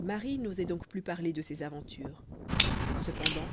marie n'osait donc plus parler de ses aventures cependant